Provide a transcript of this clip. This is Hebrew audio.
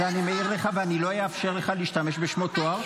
ואני מעיר לך ואני לא אאפשר לך להשתמש בשמות תואר.